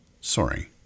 Sorry